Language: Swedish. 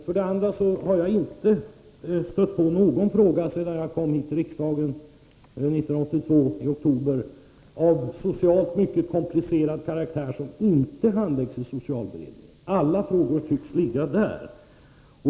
För det andra har jag inte sedan jag kom till riksdagen oktober 1982 stött på någon fråga av socialt mycket komplicerad karaktär som inte handläggs i socialberedningen. Alla frågor tycks ligga där.